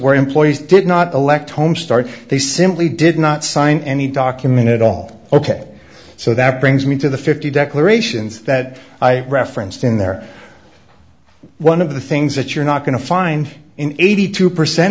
where employees did not elect home start they simply did not sign any document at all ok so that brings me to the fifty declarations that i referenced in there one of the things that you're not going to find in eighty two percent